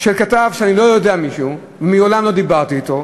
של כתב שאני לא יודע מי הוא, מעולם לא דיברתי אתו,